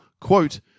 quote